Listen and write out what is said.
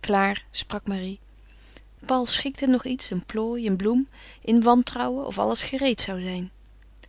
klaar sprak marie paul schikte nog iets een plooi een bloem in wantrouwen of alles gereed zoû zijn